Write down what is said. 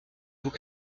vous